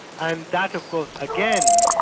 and that of course again,